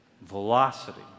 Velocity